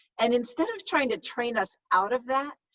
and instead of trying to train us out of that,